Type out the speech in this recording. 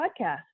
podcast